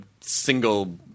single